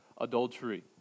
adultery